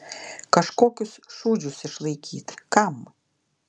kažkokius šūdžius išlaikyt kam